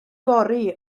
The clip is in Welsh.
fory